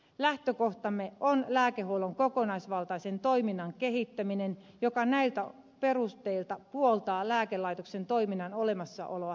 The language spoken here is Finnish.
lähtökohtamme on lääkehuollon kokonaisvaltaisen toiminnan kehittäminen joka näillä perusteilla puoltaa lääkelaitoksen toiminnan olemassaoloa helsingissä